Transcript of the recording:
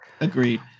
Agreed